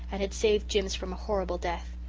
and had saved jims from a horrible death.